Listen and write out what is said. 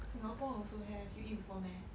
Singapore also have you eat before meh